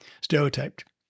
stereotyped